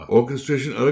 orchestration